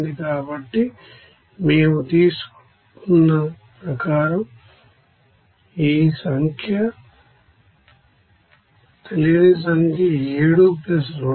కాబట్టి మేము తీసుకున్న ప్రకారం ఈ తెలియని సంఖ్య 7 2